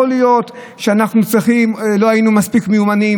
יכול להיות שלא היינו מספיק מיומנים,